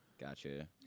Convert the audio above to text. Gotcha